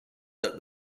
that